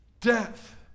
death